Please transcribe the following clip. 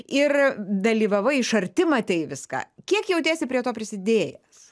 ir dalyvavai iš arti matei viską kiek jautiesi prie to prisidėjęs